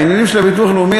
בעניינים של הביטוח הלאומי,